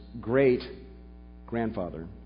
great-grandfather